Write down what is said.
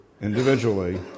individually